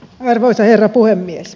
arvoisa herra puhemies